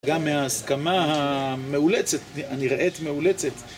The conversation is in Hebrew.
גם מההסכמה המאולצת, הנראית מאולצת.